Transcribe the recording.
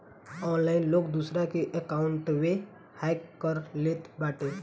online लोग दूसरा के अकाउंटवे हैक कर लेत बाटे